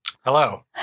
Hello